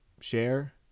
share